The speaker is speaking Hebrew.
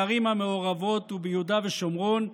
בערים המעורבות וביהודה ושומרון,